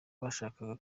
bashakaga